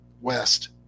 West